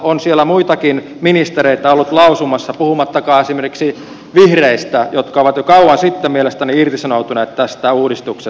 on siellä muitakin ministereitä ollut lausumassa puhumattakaan esimerkiksi vihreistä jotka ovat jo kauan sitten mielestäni irtisanoutuneet tästä uudistuksesta